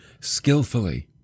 skillfully